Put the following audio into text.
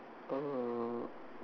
uh